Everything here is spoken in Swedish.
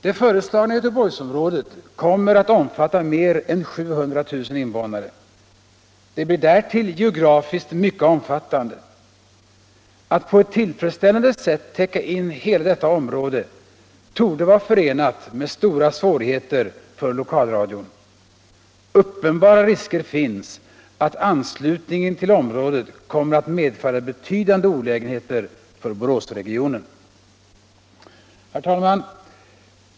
Det föreslagna Göteborgsområdet kommer att omfatta mer än 700 000 invånare. Det blir därtill geografiskt mycket omfattande. Att på ett tillfredsställande sätt täcka in hela detta område torde vara förenat med stora svårigheter för lokalradion. Uppenbara risker finns för att anslutningen till området kommer att medföra betydande olägenheter för Boråsregionen. Herr talman!